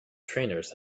trainers